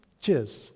Cheers